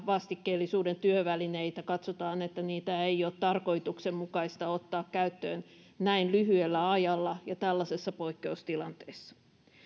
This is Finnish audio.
vastikkeellisuuden työvälineistä katsotaan että niitä ei ole tarkoituksenmukaista ottaa käyttöön näin lyhyellä ajalla ja tällaisessa poikkeustilanteessa